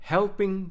Helping